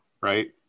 right